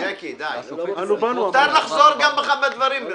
מותר לחזור בדברים.